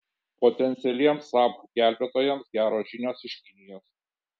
potencialiems saab gelbėtojams geros žinios iš kinijos